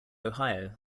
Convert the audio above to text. ohio